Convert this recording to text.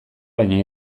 baina